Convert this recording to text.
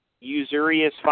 usurious